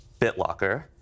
BitLocker